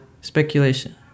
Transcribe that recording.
speculation